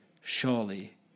surely